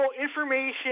information